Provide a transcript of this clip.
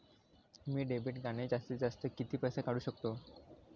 मी debit कार्डने जास्तीत जास्त किती पैसे काढू शकतो?